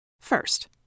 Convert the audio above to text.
First